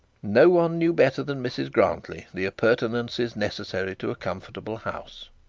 no one knew better than mrs grantly the appurtenances necessary to a comfortable house.